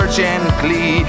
gently